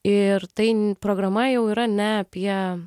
ir tai programa jau yra ne apie